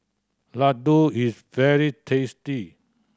laddu is very tasty